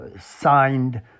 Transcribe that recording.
signed